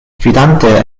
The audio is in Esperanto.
fidante